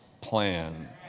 plan